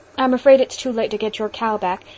i'm afraid it's too late to get your cow back,